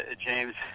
James